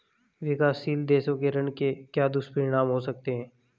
विकासशील देशों के ऋण के क्या दुष्परिणाम हो सकते हैं?